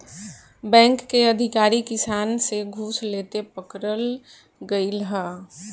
bank के अधिकारी किसान से घूस लेते पकड़ल गइल ह